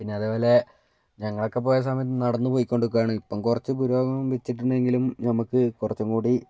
പിന്നെ അതേപോലെ ഞങ്ങളൊക്കെ പോയ സമയത്ത് നടന്ന് പോയിക്കൊണ്ടൊക്കാണ് ഇപ്പം കൊറച്ച് പുരോഗം വെച്ചിട്ട്ണ്ടെങ്കിലും നമക്ക് കൊറച്ചും കൂടി